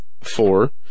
Four